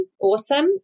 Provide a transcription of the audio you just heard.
awesome